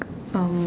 um